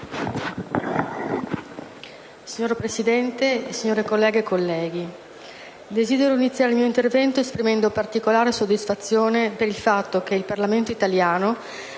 Signora Presidente, signore colleghe e colleghi, desidero iniziare il mio intervento esprimendo particolare soddisfazione per il fatto che il Parlamento italiano